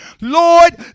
Lord